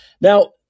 Now